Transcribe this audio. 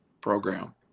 program